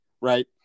right